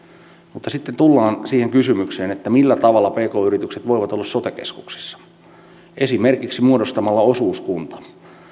mutta sitten tullaan siihen kysymykseen millä tavalla pk yritykset voivat olla sote keskuksissa esimerkiksi muodostamalla osuuskunnan